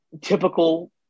typical